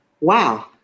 wow